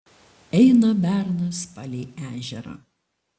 eina bernas palei ežerą